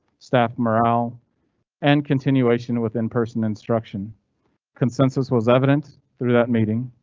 staff morale and continuation within person instruction consensus was evident through that meeting.